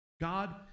God